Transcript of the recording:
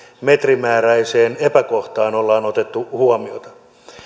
metrimääräiseen epäkohtaan ollaan kiinnitetty huomiota